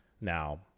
Now